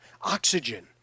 oxygen